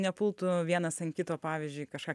nepultų vienas ant kito pavyzdžiui kažką